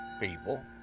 people